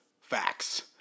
Facts